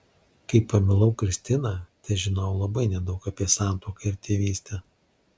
kai pamilau kristiną težinojau labai nedaug apie santuoką ir tėvystę